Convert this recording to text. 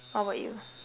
how about you